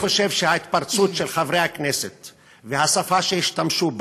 אני חושב שההתפרצות של חברי הכנסת והשפה שהשתמשו בה,